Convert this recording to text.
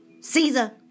Caesar